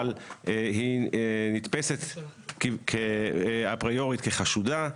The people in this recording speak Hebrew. אבל היא נתפסת כאפריורית כחשודה,